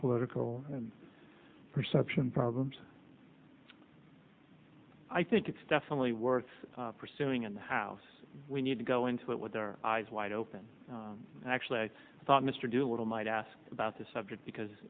political and perception problems i think it's definitely worth pursuing in the house we need to go into it with their eyes wide open actually i thought mr do a little might ask about this subject because